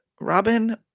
Robin